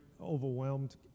overwhelmed